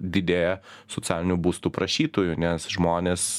didėja socialinių būstų prašytojų nes žmonės